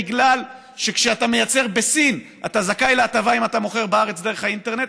בגלל שכשאתה מייצר בסין אתה זכאי להטבה אם אתה מוכר בארץ דרך האינטרנט,